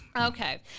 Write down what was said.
Okay